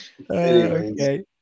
Okay